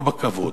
לא בכבוד,